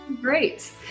Great